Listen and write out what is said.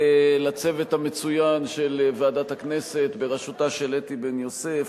לצוות המצוין של ועדת הכנסת בראשותה של אתי בן-יוסף,